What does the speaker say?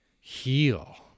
heal